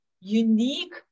unique